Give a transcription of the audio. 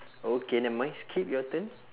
okay never mind skip your turn